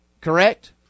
correct